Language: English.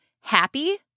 Happy